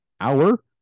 hour